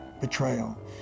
betrayal